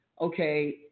okay